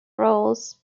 roles